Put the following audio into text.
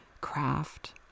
craft